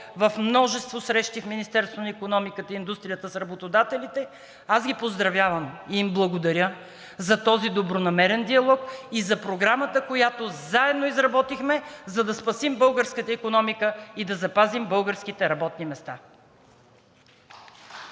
в множество срещи в Министерството на икономиката и индустрията с работодателите. Аз ги поздравявам и им благодаря за този добронамерен диалог и за програмата, която заедно изработихме, за да спасим българската икономика и да запазим българските работни места.